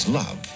love